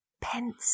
Pencil